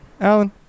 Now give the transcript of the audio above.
Alan